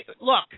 look